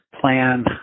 plan